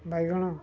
ବାଇଗଣ